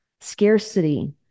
scarcity